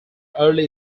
early